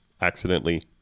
accidentally